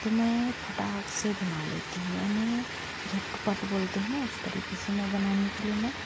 तो मैं फटाक से बना लेती हूँ यानी झटपट बोलते है ना उस तरीक़े से मैं बनाने के लिए मैं